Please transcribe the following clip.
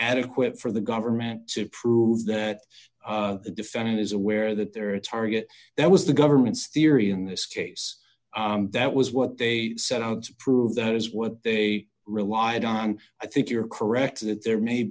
adequate for the government to prove that the defendant is aware that their target that was the government's theory in this case that was what they set out to prove that is what they relied on i think you're correct that there may